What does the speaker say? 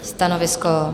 Stanovisko?